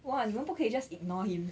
!wah! 你们不可以 just ignore him